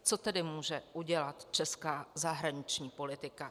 Co tedy může udělat česká zahraniční politika?